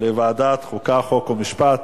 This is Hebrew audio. לוועדת החוקה, חוק ומשפט.